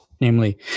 namely